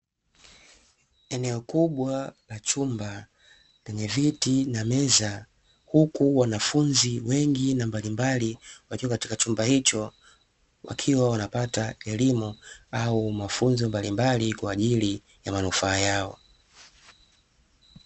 Eneo kubwa la chumba, lenye viti na meza huku wanafunzi wengi na mbalimbali wakiwa katika chumba hicho, wakiwa wanapata elimu au mafunzo mbali mbali kwa ajili ya manufaa yao .